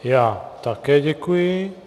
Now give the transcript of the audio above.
Já také děkuji.